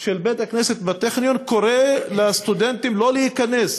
של בית-הכנסת בטכניון קורא לסטודנטים לא להיכנס